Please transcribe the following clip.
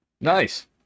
nice